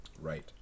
Right